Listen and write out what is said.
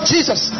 Jesus